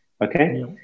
Okay